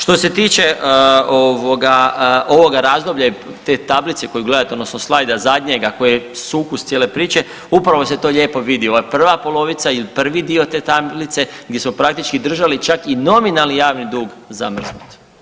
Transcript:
Što se tiče ovoga razdoblja i te tablice koju gledate odnosno slajda zadnjega koji je sukus cijele priče, upravo se to lijepo vidi, ova prva polovica ili prvi dio te tablice gdje smo praktički držali čak i nominalni javni dug zamrznut.